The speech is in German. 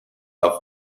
auf